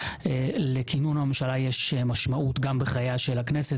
לכינון הממשלה יש משמעות גם בחייה של הכנסת.